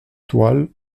toiles